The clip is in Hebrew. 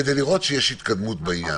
כדי לראות שיש התקדמות בעניין.